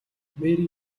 мэри